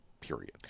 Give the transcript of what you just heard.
period